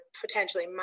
potentially